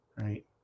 right